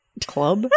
club